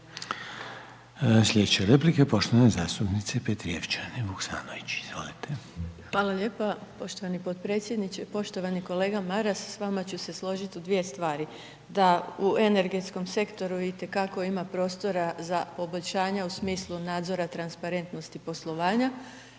Sljedeća replika, poštovane zastupnice Petrijevčanin Vuksanović, izvolite. **Petrijevčanin Vuksanović, Irena (HDZ)** Hvala lijepa poštovani potpredsjedniče. Poštovani kolega Maras, s vama ću se složiti u dvije stvari. Da u energetskom sektoru i te kako ima prostora za poboljšanja u smislu nadzora i transparentnosti poslovanja